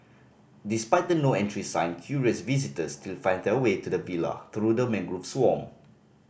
despite the No Entry sign curious visitors still find their way to the villa through the mangrove swamp